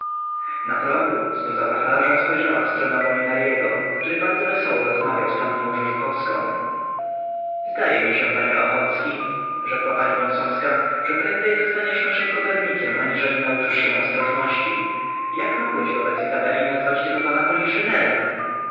na progu z poza wachlarza spojrzała w stronę molinarego który bardzo wesoło rozmawiał z panną rzeżuchowską zdaje mi się panie ochocki rzekła pani wąsowska że prędzej zostaniesz naszym kopernikiem aniżeli nauczysz się ostrożności jak mogłeś wobec izabeli nazwać tego pana poliszynelem